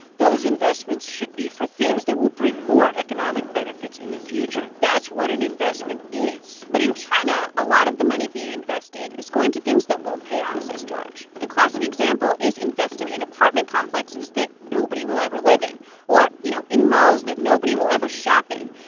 those investments should be for things that will bring more economic benefits in the future. that's what an investment is but in china, a lot of the money being invested is going to things that won't pay off, says george. the classic example is investing in apartment complexes that nobody will ever live in or, you know, in malls that nobody will ever shop in.